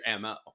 MO